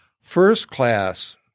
first-class